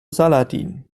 saladin